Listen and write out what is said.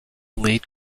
lead